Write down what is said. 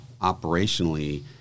operationally